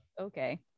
okay